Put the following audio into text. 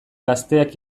gazteak